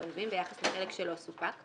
יש שינוי אחד שלא לגביו הערו,